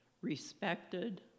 respected